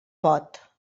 pot